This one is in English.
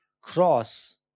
Cross